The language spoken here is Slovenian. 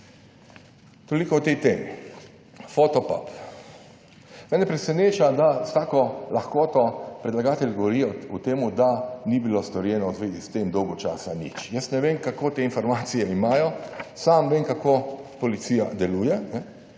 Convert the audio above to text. Toliko o tej temi. Fotopub. Mene preseneča, da s tako lahkoto predlagatelji govorijo o temu, da ni bilo storjeno v zvezi s tem dolgo časa nič. Jaz ne vem kako te informacije nimajo, sam vem kako policija deluje